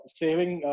saving